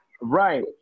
right